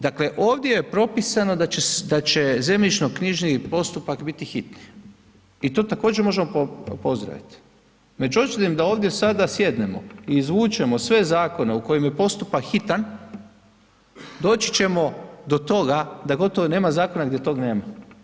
Dakle ovdje je propisano da će zemljišno-knjižni postupak biti hitni i to također možemo pozdraviti međutim da ovdje sada sjednemo i izvučemo sve zakone u kojima je postupak hitan, doći ćemo do toga da gotovo nema zakona gdje tog nema.